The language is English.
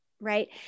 Right